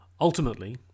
Ultimately